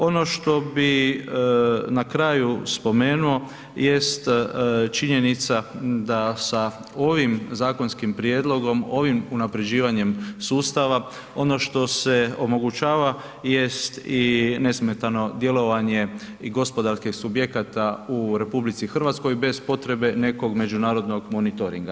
Ono što bih na kraju spomenuo jest činjenica da sa ovim zakonskim prijedlogom, ovim unaprjeđivanjem sustava ono što se omogućava jest i nesmetano djelovanje i gospodarskih subjekata u RH bez potrebe nekog međunarodnog monitoringa.